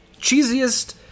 Cheesiest